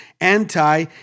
anti